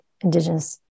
indigenous